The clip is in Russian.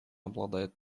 обладает